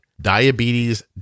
diabetes